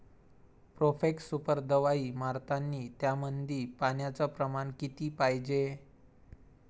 Profex super दवाई मारतानी त्यामंदी पान्याचं प्रमाण किती पायजे?